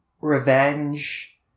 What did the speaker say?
Revenge